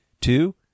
two